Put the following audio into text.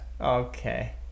Okay